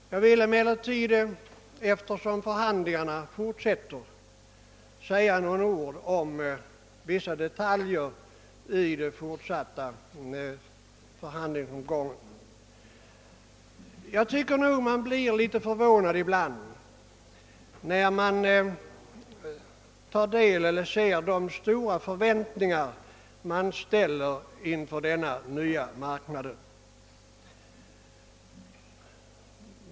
Eftersom förhandlingarna fortsätter vill jag säga några ord om vissa detaljer i den fortsatta förhandlingsomgången. Jag tycker nog att man blir litet förvånad när man märker vilka stora förväntningar som ställs på den nya marknaden.